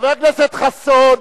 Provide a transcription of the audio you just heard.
חבר הכנסת חסון,